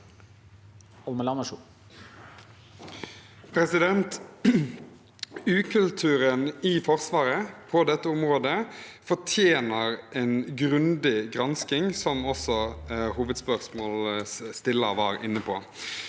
Ukulturen i For- svaret på dette området fortjener en grundig gransking, som også hovedspørsmålsstilleren var inne på.